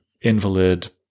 invalid